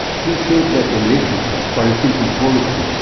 he said that in literature, for instance in poetry,